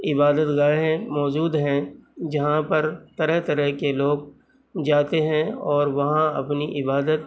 عبادت گاہیں موجود ہیں جہاں پر طرح طرح کے لوگ جاتے ہیں اور وہاں اپنی عبادت